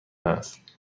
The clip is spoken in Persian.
است